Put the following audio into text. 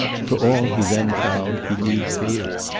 for all, he then found, he need fear!